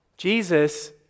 Jesus